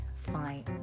fine